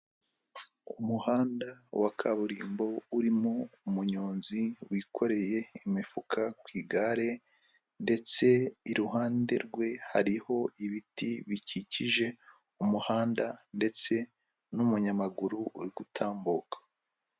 Umuhanda wa kaburimbo urimo umunyonzi wikoreye imifuka ku igare ndetse iruhande rwe hariho ibiti bikikije umuhanda ndetse n'umunyamaguru uri gutambuka.